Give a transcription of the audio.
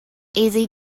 easy